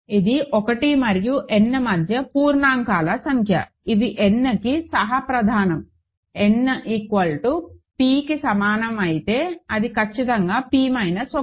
ఇది 1 మరియు n మధ్య పూర్ణాంకాల సంఖ్య ఇవి nకి సహ ప్రధానం n pకి సమానం అయితే అది ఖచ్చితంగా p మైనస్ 1